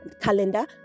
calendar